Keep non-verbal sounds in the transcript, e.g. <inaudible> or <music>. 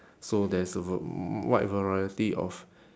so there's a v~ <noise> wide variety of